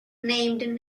named